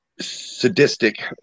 sadistic